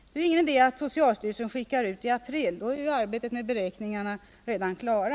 Det är ju ingen idé att socialstyrelsen skickar ut anvisningarna i april, för då är arbetet med beräkningarna redan klart.